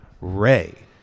Ray